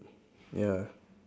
ya